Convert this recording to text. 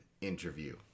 interview